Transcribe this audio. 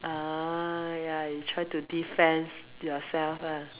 oh ya you try to defend yourself lah